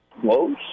close